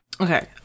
Okay